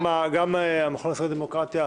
גם המכון הישראלי לדמוקרטיה.